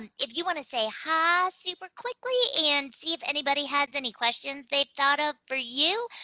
if you wanna say hi super quickly and see if anybody has any questions they thought of for you,